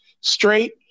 straight